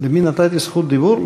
למי נתתי זכות דיבור?